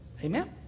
Amen